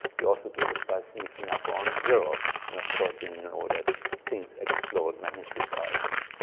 you also do this by sneaking up on zero and of course you know that things explode magnitudewise and,